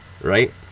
right